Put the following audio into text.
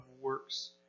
works